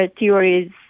theories